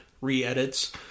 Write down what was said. re-edits